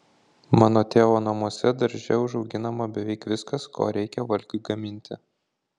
mano tėvo namuose darže užauginama beveik viskas ko reikia valgiui gaminti